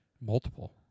Multiple